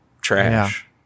trash